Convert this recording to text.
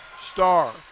star